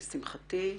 לשמחתי,